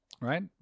right